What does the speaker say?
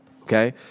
Okay